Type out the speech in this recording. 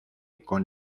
con